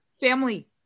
Family